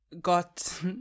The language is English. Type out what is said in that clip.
got